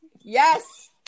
Yes